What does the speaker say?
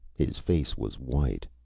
his face was white.